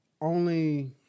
only-